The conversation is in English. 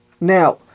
Now